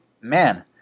man